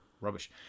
rubbish